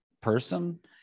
person